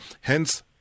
Hence